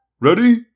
Ready